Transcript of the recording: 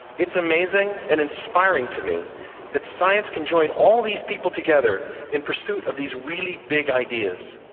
it's amazing and inspiring to me that science can join all these people together in pursuit of these really big ideas.